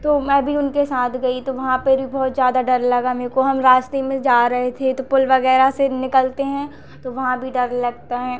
तो मैं भी उनके साथ गई तो वहाँ पर भी बहुत ज़्यादा डर लगा मुझको हम रास्ते में जा रहे थे तो पुल वगैरह से निकलते हैं तो वहाँ भी डर लगता है